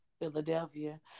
Philadelphia